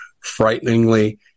frighteningly